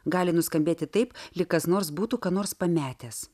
gali nuskambėti taip lyg kas nors būtų ką nors pametęs